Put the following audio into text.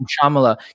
Shamala